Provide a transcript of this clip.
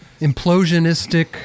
Implosionistic